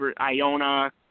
Iona